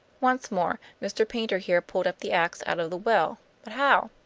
once more, mr. paynter here pulled up the ax out of the well but how?